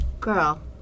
Girl